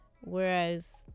whereas